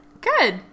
Good